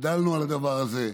גדלנו על הדבר הזה.